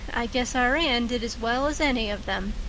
i guess our anne did as well as any of them,